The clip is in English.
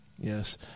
Yes